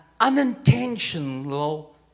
unintentional